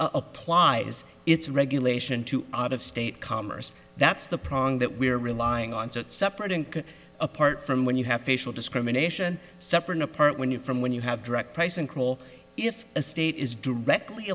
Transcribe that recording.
apply its regulation to out of state commerce that's the problem that we are relying on separate and apart from when you have facial discrimination separate apart when you from when you have dry price and call if a state is directly